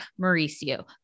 Mauricio